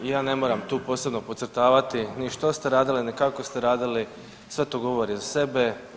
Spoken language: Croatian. Ja ne moram tu posebno podcrtavati ni što ste radili, ni kako ste radili, sve to govori za sebe.